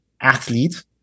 athlete